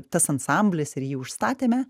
tas ansamblis ir jį užstatėme